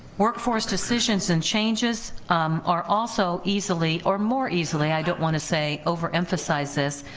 workforce decisions and changes are also easily, or more easily, i don't want to say, overemphasize this,